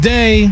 Day